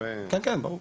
כן כן ברור.